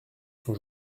son